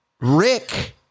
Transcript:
Rick